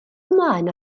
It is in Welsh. ymlaen